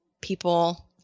people